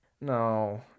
no